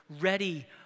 ready